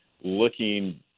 looking